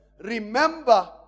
remember